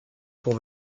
pour